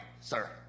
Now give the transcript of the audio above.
sir